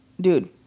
dude